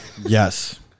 yes